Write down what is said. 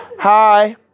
Hi